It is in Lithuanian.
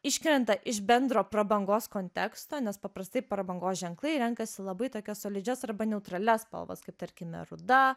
iškrenta iš bendro prabangos konteksto nes paprastai prabangos ženklai renkasi labai tokias solidžias arba neutralias spalvas kaip tarkime ruda